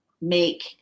make